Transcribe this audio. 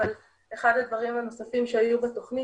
אבל אחד הדברים הנוספים שהיו בתוכנית